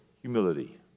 humility